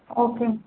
okay అండి